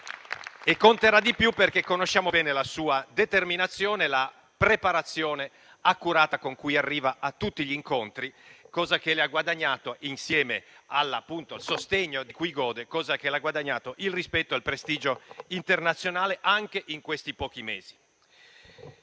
ancora di più perché conosciamo bene la sua determinazione e la preparazione accurata con la quale arriva a tutti gli incontri, cosa che le ha fatto guadagnare, insieme al sostegno di cui gode, il rispetto e il prestigio internazionali anche in questi pochi mesi.